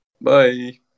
Bye